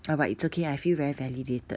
but it's okay I feel very validated